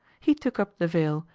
he took up the veil,